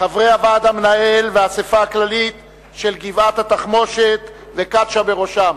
חברי הוועד המנהל והאספה הכללית של גבעת-התחמושת וקצ'ה בראשם,